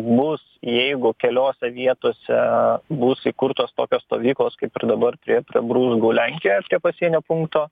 bus jeigu keliose vietose bus įkurtos tokios stovyklos kaip ir dabar prie prie bruzgų lenkijoj prie pasienio punkto